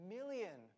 Million